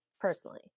personally